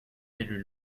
d’élu